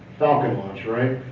falcon launch right?